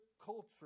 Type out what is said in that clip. culture